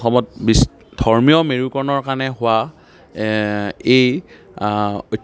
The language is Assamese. অসমত বিচ ধৰ্মীয় মেৰুকৰণৰ কাৰণে হোৱা এই